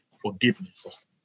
forgiveness